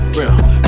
real